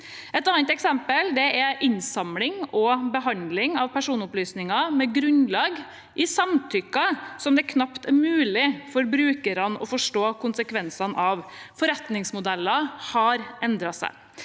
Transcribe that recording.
Et annet eksempel er innsamling og behandling av personopplysninger med grunnlag i samtykke som det knapt er mulig for brukerne å forstå konsekvensene av. Forretningsmodellene har endret seg.